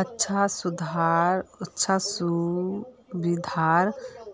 अच्छा सुविधार